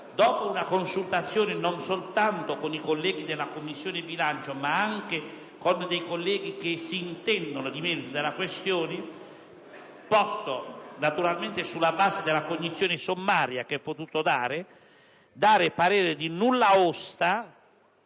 Dopo una consultazione non soltanto con i colleghi della Commissione bilancio, ma anche con colleghi che conoscono il merito della questione, naturalmente sulla base di una cognizione sommaria, posso esprimere parere di nulla osta